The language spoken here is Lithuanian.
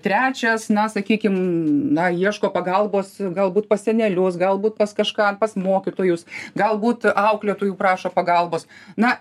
trečias na sakykim na ieško pagalbos galbūt pas senelius galbūt pas kažką pas mokytojus galbūt auklėtojų prašo pagalbos na